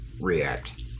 react